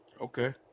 Okay